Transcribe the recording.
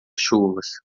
chuvas